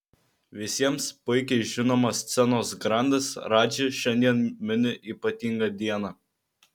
visiems puikiai žinomas scenos grandas radži šiandien mini ypatingą dieną